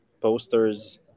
posters